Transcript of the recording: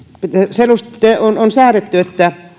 on on säädetty että julkisen